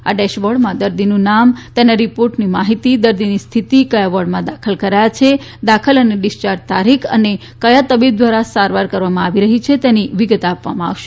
આ ડેશબોર્ડમાં દર્દીનું નામ તેના રિપોર્ટમાં માહિતી દર્દીની સ્થિતિ કયા વોર્ડમાં દાખલ કરાયા છે દાખલ અને ડિસ્યાર્જી તારીખ અને કયા તબીબ દ્વારા સારવાર કરવામાં આવી રહી છે તેની વિગત આપવામાં આવશે